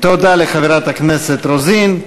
תודה לחברת הכנסת רוזין.